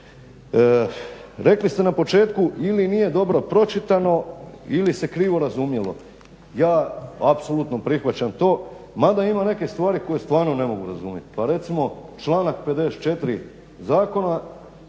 Rekli ste na početku ili nije dobro pročitano ili se krivo razumjelo. Ja apsolutno prihvaćam to, mada ima neke stvari koje stvarno ne mogu razumiti. Pa recimo članak 54. zakona